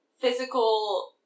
physical